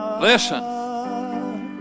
Listen